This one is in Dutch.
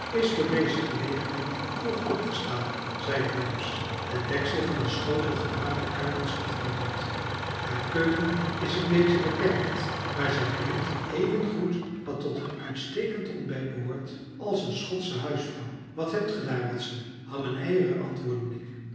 is voor deze gelegenheid vroeg opgestaan zeide holmes het deksel van een schotel gebraden kuikens afnemend haar keuken is een beetje beperkt maar zij weet even goed wat tot een uitstekend ontbijt behoort als een schotsche huisvrouw wat hebt gij daar watson ham en eieren antwoordde ik